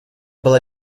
было